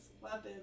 weapons